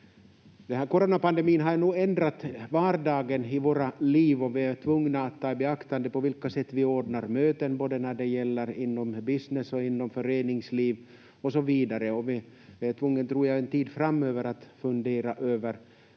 coronapandemin har ju nog ändrat vardagen i våra liv och vi är tvungna att ta i beaktande på vilka sätt vi ordnar möten både när det gäller business och inom föreningsliv och så vidare. Vi är tvungna, tror jag, att en tid framöver fundera över